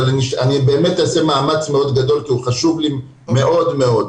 אבל אני אעשה מאמץ גדול כי הוא חשוב לי מאוד מאוד.